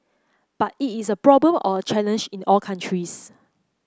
but it is a problem or a challenge in all countries